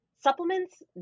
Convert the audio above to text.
supplements